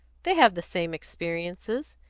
they have the same experiences,